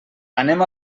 anem